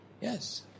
Yes